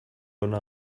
ona